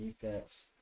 defense